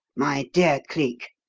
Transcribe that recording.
my dear cleek,